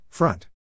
Front